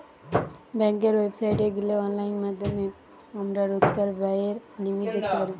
বেংকের ওয়েবসাইটে গিলে অনলাইন মাধ্যমে আমরা রোজকার ব্যায়ের লিমিট দ্যাখতে পারি